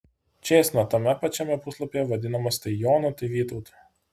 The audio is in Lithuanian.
čėsna tame pačiame puslapyje vadinamas tai jonu tai vytautu